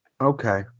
Okay